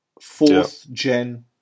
fourth-gen